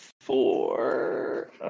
four